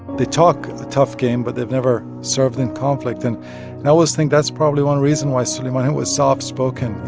they talk a tough game, but they've never served in conflict. and and i always think that's probably one reason why soleimani was soft-spoken. you